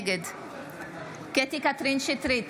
נגד קטי קטרין שטרית,